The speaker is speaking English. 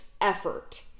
effort